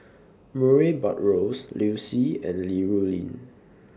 Murray Buttrose Liu Si and Li Rulin